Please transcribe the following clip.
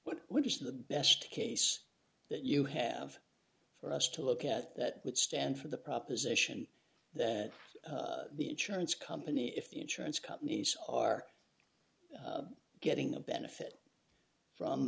what would you say the best case that you have for us to look at that would stand for the proposition that the insurance company if the insurance companies are getting the benefit from